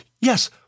Yes